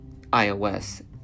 iOS